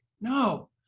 no